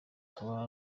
akaba